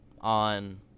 on